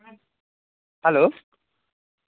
hello